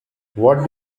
what